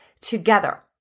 together